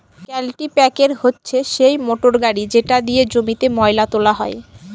কাল্টিপ্যাকের হচ্ছে সেই মোটর গাড়ি যেটা দিয়ে জমিতে ময়লা তোলা হয়